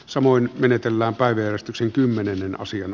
samoin menetellään päivystyksen kymmenen sen asian